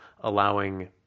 allowing